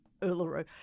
Uluru